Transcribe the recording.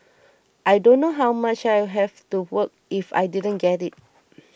I don't know how much I would have to work if I didn't get it